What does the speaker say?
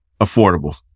affordable